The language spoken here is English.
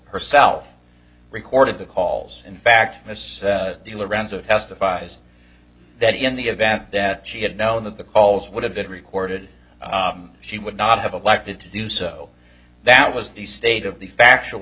herself recorded the calls in fact as the lorenzo testifies that in the event that she had known that the calls would have been recorded she would not have elected to do so that was the state of the factual